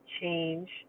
change